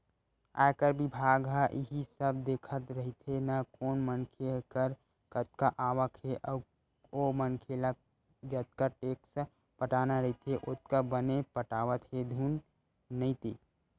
आयकर बिभाग ह इही सब देखत रहिथे ना कोन मनखे कर कतका आवक हे अउ ओ मनखे ल जतका टेक्स पटाना रहिथे ओतका बने पटावत हे धुन नइ ते